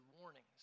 warnings